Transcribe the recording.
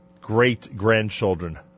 great-grandchildren